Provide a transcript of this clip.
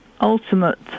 ultimate